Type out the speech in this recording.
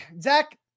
Zach